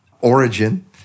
origin